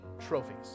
trophies